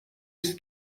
است